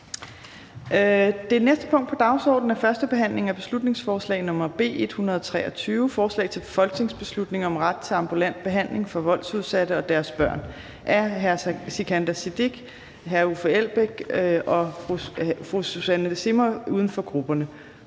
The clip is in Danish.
Det næste punkt på dagsordenen er: 13) 1. behandling af beslutningsforslag nr. B 123: Forslag til folketingsbeslutning om ret til ambulant behandling for voldsudsatte og deres børn. Af Sikandar Siddique (UFG), Uffe Elbæk (UFG) og Susanne Zimmer (UFG).